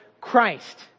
Christ